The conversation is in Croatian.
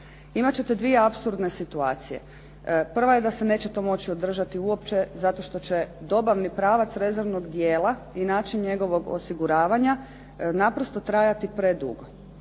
imat ćete dvije apsurdne situacije. Prva je da se neće to moći održati uopće zato što će dobavni pravac rezervnog dijela i način njegovog osiguravanja naprosto trajati predugo.